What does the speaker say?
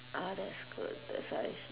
ah that's good that's why sh~